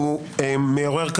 הוא הודיע על התפטרותו מהממשלה,